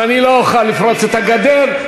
ואני לא אוכל לפרוץ את הגדר.